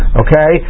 okay